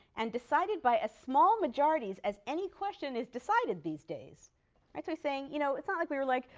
and decided by as small majorities as any question is decided these days actually saying, you know it's not like we were like,